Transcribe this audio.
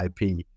IP